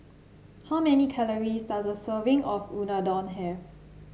how many calories does a serving of Unadon have